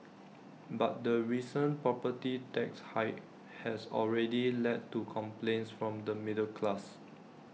but the recent property tax hike has already led to complaints from the middle class